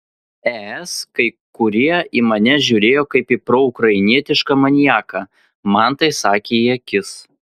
es kai kurie į mane žiūrėjo kaip ir proukrainietišką maniaką man tai sakė į akis